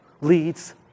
leads